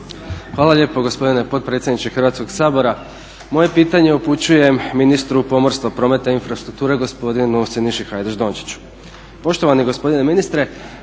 Hvala lijepo gospodine potpredsjedniče Hrvatskog sabora. Moje pitanje upućujem ministru pomorstva, prometa i infrastrukture, gospodinu Siniši Hajdaš Dončiću.